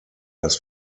das